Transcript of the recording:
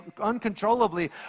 uncontrollably